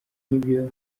n’ibyo